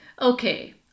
Okay